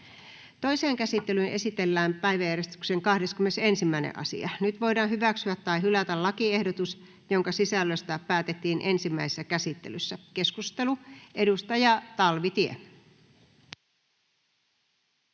Toiseen käsittelyyn esitellään päiväjärjestyksen 21. asia. Nyt voidaan hyväksyä tai hylätä lakiehdotus, jonka sisällöstä päätettiin ensimmäisessä käsittelyssä. — Keskustelu, edustaja Talvitie.